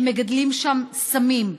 הם מגדלים שם סמים.